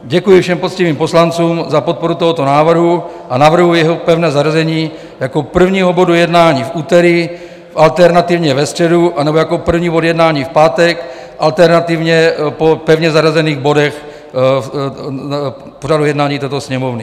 Děkuji všem poctivým poslancům za podporu tohoto návrhu a navrhuji jeho pevné zařazení jako prvního bodu jednání v úterý, alternativně ve středu, anebo jako první bod jednání v pátek, alternativně po pevně zařazených bodech pořadu jednání této Sněmovny.